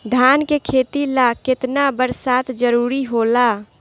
धान के खेती ला केतना बरसात जरूरी होला?